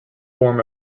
form